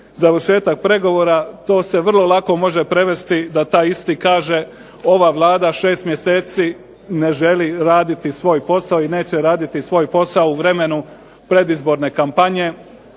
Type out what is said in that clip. završetak pregovora to se vrlo lako može prevesti da taj isti kaže ova Vlada 6 mjeseci ne želi raditi svoj posao i neće raditi svoj posao u vremenu predizborne kampanje